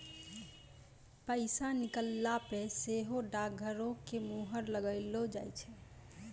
पैसा निकालला पे सेहो डाकघरो के मुहर लगैलो जाय छै